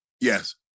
Yes